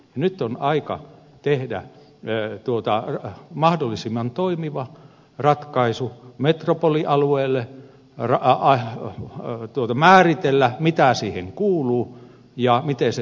nyt on aika tehdä mahdollisimman toimiva ratkaisu metropolialueelle määritellä mitä metropolialueeseen kuuluu ja miten se toimii